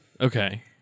Okay